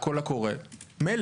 ניכנס לזה.